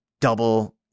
double